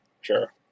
sure